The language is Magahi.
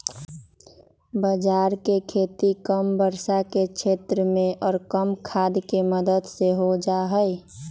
बाजरा के खेती कम वर्षा के क्षेत्र में और कम खाद के मदद से हो जाहई